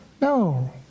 No